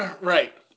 Right